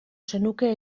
zenuke